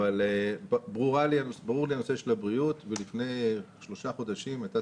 ברור לי הנושא של הבריאות ולפני שלושה חודשים הייתה